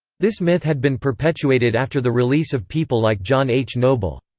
this myth had been perpetuated after the release of people like john h. noble.